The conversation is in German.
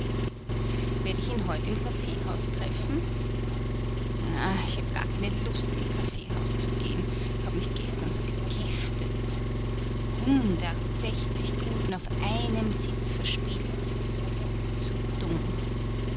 werd ich ihn heut im kaffeehaus treffen ah ich hab gar keine lust ins kaffeehaus zu geh'n hab mich gestern so gegiftet hundertsechzig gulden auf einem sitz verspielt zu dumm